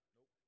Nope